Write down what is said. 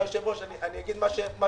אדוני היושב-ראש, אני אגיד מה שמותר.